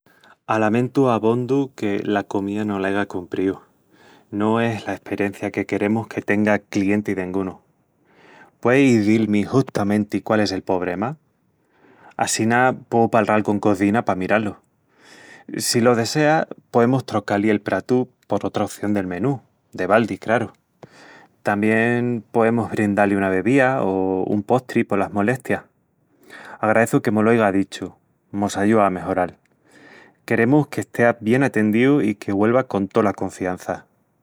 Alamentu abondu que la comía no l'aiga cumpríu. No es la esperencia que queremus que tenga clienti dengunu. Puei izil-mi justamenti quál es el pobrema? Assina pueu palral con cozina pa mirá-lu. Si lo desea, poemus trocá-li el pratu por otra oción del menú, de baldi, craru. Tamién poemus brindá-li una bebía o un postri polas molestias. Agraeçu que mo-lo aiga dichu, mos ayúa a amejoral. Queremus que estea bien atendíu i que güelva con tola confiança.